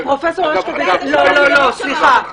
פרופ' הרשקוביץ, סליחה.